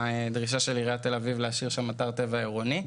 הדרישה של עיריית תל אביב להשאיר שם אתר טבע עירוני.